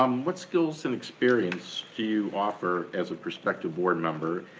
um what skills and experience do you offer as a prospective board member,